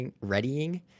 readying